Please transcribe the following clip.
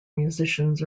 musicians